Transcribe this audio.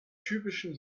typischen